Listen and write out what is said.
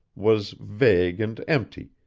was vague and empty,